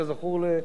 כזכור,